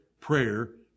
prayer